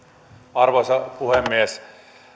arvoisa puhemies